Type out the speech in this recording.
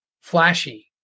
flashy